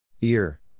Ear